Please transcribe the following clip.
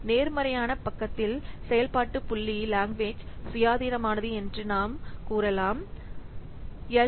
நேர்மறையான பக்கத்தில் செயல்பாட்டு புள்ளி லாங்குவேஜ் சுயாதீனமானது என்று நீங்கள் கூறலாம் எல்